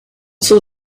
till